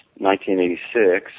1986